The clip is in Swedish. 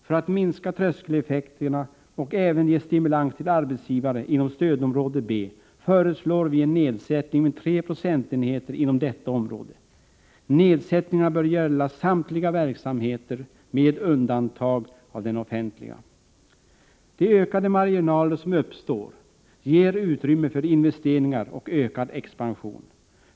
För att minska tröskeleffekterna och även ge stimulans till arbetsgivare inom stödområde B föreslår vi en nedsättning med 3 procentenheter inom detta område. Nedsättningarna bör gälla samtliga verksamheter med undantag av den offentliga. De ökade marginaler som då uppstår ger utrymme för investeringar och ökad expansion.